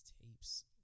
tapes